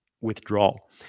withdrawal